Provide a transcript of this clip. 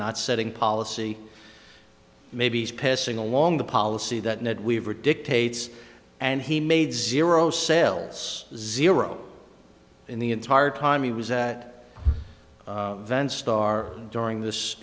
not setting policy maybe he's passing along the policy that ned weaver dictates and he made zero sales zero in the entire time he was that vent star during this